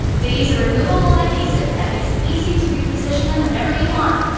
they use a removable adhesive that makes it easy to reposition them whenever you want.